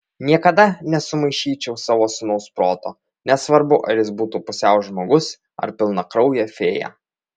niekada nesumaišyčiau savo sūnaus proto nesvarbu ar jis būtų pusiau žmogus ar pilnakraujė fėja